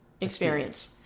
experience